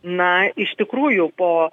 na iš tikrųjų po